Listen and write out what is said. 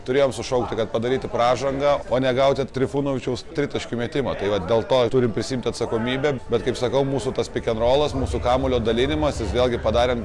turėjom sušaukti kad padaryti pražangą o negauti trifunovičiaus tritaškių metimą tai vat dėl to turim prisiimt atsakomybę bet kaip sakau mūsų tas pikenrolas mūsų kamuolio dalinimasis vėlgi padarėm